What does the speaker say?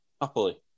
happily